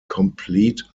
complete